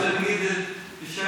שכחת להגיד את השם